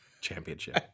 championship